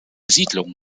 siedlung